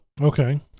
okay